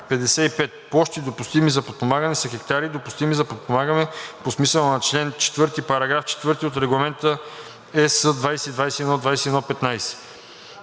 „55. „Площи, допустими за подпомагане“ са хектари, допустими за подпомагане по смисъла на чл. 4, параграф 4 от Регламент (ЕС) 2021/2115.“